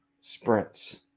sprints